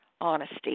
honesty